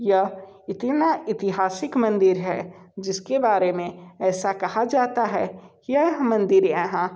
यह इतना ऐतिहासिक मंदिर है जिस के बारे में ऐसा कहा जाता है यह मंदिर यहाँ